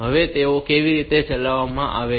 હવે તેઓ કેવી રીતે ચલાવવામાં આવે છે